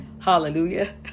hallelujah